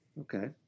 okay